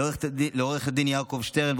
לעו"ד יעקב שטרן,